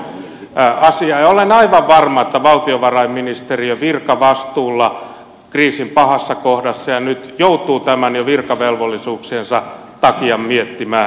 olen aivan varma että valtiovarainministeriö virkavastuulla kriisin pahassa kohdassa ja nyt joutuu tämän jo virkavelvollisuuksiensa takia miettimään